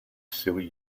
silly